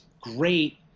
great